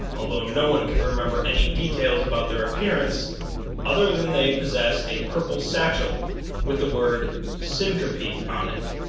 although no one can remember any details about their appearance other than they possessed a purple satchel with the word syncope on it,